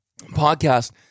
podcast